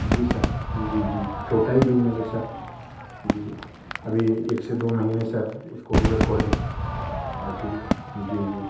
جی sir جی جی جی چھوٹا ہی بزنس ہے سر جی ابھی ایک سے دو مہینے سر اس کو ہوئے کھولے جی جی جی